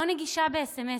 לא נגישה בסמ"סים.